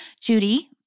Judy